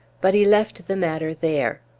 but he left the matter there.